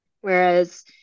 Whereas